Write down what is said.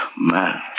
Man